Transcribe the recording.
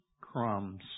crumbs